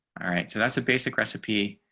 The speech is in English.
alright, so that's the basic recipe.